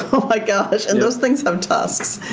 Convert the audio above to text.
oh my gosh, and those things have tusks.